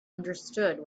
understood